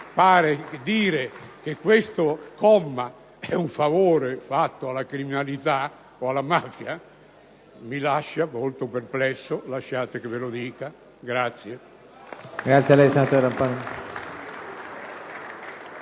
dire che questo comma è un favore fatto alla criminalità o alla mafia mi lascia molto perplesso, lasciate che ve lo dica.